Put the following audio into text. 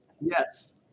Yes